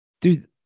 dude